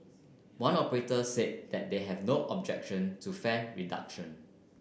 one operator said that they have no objection to fare reduction